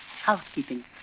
housekeeping